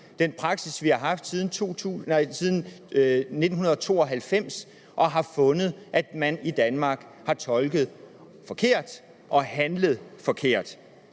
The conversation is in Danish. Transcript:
den praksis, vi har haft siden 1992, og har fundet, at man i Danmark har tolket forkert og handlet forkert.